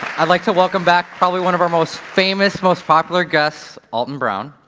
i'd like to welcome back probably one of our most famous most popular guests, alton brown.